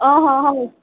ଓହୋ ହେଉ